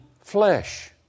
flesh